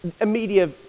immediate